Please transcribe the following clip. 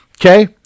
Okay